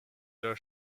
the